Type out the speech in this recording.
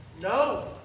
No